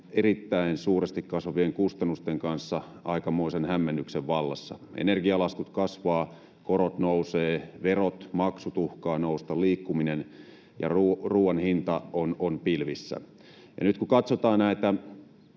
erittäin suuresti kasvavien kustannusten kanssa aikamoisen hämmennyksen vallassa: energialaskut kasvavat, korot nousevat, verot ja maksut uhkaavat nousta, ja liikkumisen ja ruuan hinta ovat pilvissä. Nyt kun katsotaan näitä